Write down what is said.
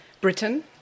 Britain